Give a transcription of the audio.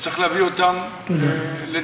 צריך להביא אותם לדין.